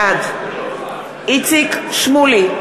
בעד איציק שמולי,